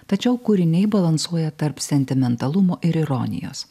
tačiau kūriniai balansuoja tarp sentimentalumo ir ironijos